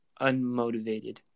unmotivated